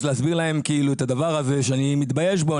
אז להסביר להם את הדבר הזה שאני מתבייש בו.